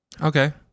Okay